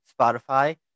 Spotify